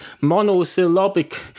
monosyllabic